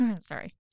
sorry